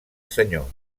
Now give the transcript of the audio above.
senyor